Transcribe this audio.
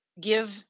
give